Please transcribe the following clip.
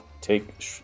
take